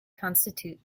constitute